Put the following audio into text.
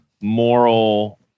moral